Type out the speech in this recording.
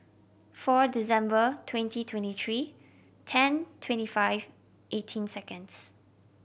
four December twenty twenty three ten twenty five eighteen seconds